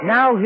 Now